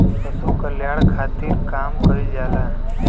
पशु कल्याण खातिर काम कइल जाला